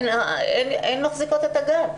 הן מחזיקות את הגן.